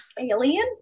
alien